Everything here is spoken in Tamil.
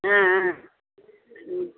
ஆ ஆ ம்